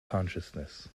consciousness